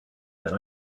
than